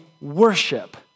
worship